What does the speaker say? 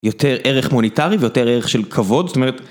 יותר ערך מוניטרי ויותר ערך של כבוד, זאת אומרת.